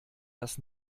das